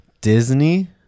disney